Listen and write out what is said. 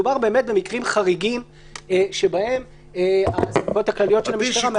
מדובר באמת במקרים חריגים שבהם הסמכויות הכלליות של המשטרה מאפשרות לה.